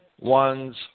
one's